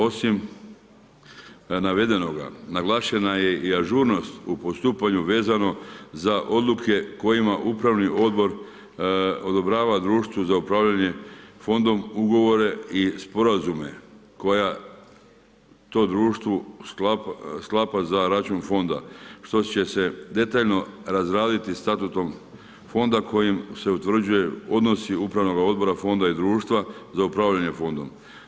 Osim navedenoga, naglašena je i ažurnost u postupanju vezano za odluke kojima upravni odbor odobrava društvu za upravljanje fondom ugovore i sporazume koje to društvo sklapa za račun fonda što će se detaljno razraditi statutom fonda kojim se utvrđuje odnosi upravnoga odbora fonda i društva za upravljanje fondom.